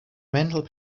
mental